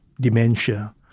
dementia